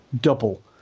Double